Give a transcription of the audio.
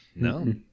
No